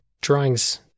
drawings